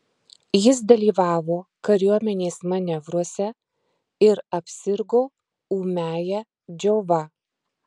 jis dalyvavo kariuomenės manevruose ir apsirgo ūmiąja džiova